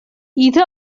ایده